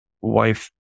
wife